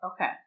Okay